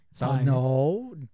no